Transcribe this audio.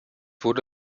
wurde